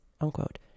unquote